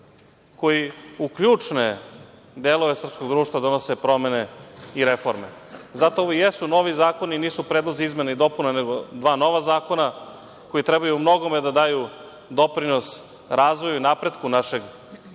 koji u ključne delove srpskog društva donose promene i reforme. Zato ovo i jesu novi zakoni i nisu predlozi izmena i dopuna, nego dva nova zakona koji treba u mnogome da daju doprinos razvoju i napretku našeg